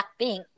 Blackpink